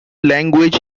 language